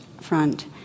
front